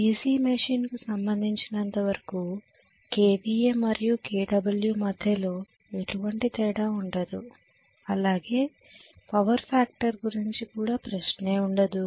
DC machine కు సంబంధించినంతవరకు KVA మరియు kW మధ్యలో ఎటువంటి తేడా ఉండదు అలాగే పవర్ ఫ్యాక్టర్ గురించి కూడా ప్రశ్నే ఉండదు